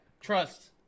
Trust